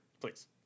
Please